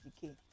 decay